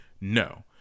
No